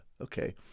okay